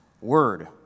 Word